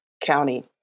County